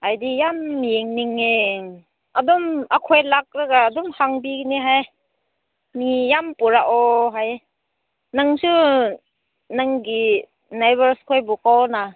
ꯑꯩꯗꯤ ꯌꯥꯝ ꯌꯦꯡꯅꯤꯡꯉꯦ ꯑꯗꯨꯝ ꯑꯩꯈꯣꯏ ꯂꯥꯛꯂꯒ ꯑꯗꯨꯝ ꯍꯥꯡꯕꯤꯅꯤ ꯍꯥꯏ ꯃꯤ ꯌꯥꯝ ꯄꯨꯔꯛꯑꯣ ꯍꯥꯏ ꯅꯪꯁꯨ ꯅꯪꯒꯤ ꯅꯥꯏꯕꯔꯁ ꯈꯣꯏꯕꯨ ꯀꯧꯅꯥ